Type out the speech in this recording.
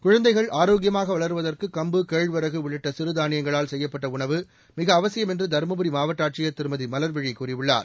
குழந்தைகள் ஆரோக்கியமாக வளர்வதற்கு கம்பு கேழ்வரகு உள்ளிட்ட சிறு தானியங்களால் செய்யப்பட்ட உணவு மிக அவசியம் என்று தருப்புரி மாவட்ட ஆட்சியர் திருமதி மலர்விழி கூறியுள்ளார்